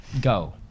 go